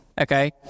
okay